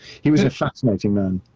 he was a fascinating man.